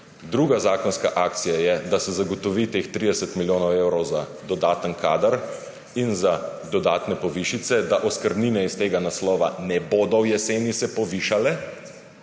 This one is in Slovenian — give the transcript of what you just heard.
Druga zakonska akcija je, da se zagotovi teh 30 milijonov evrov za dodaten kader in za dodatne povišice, da se oskrbnine iz tega naslova v jeseni ne bodo se povišale